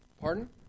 Pardon